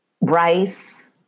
Rice